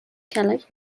کلک